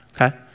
okay